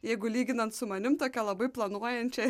jeigu lyginant su manim tokia labai planuojančia